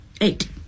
Eight